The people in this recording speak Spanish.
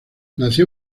nació